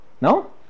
No